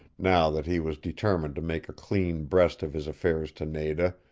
now that he was determined to make clean breast of his affairs to nada,